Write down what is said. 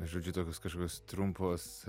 žodžiu tokios kažkokios trumpos